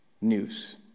news